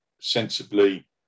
sensibly